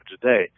today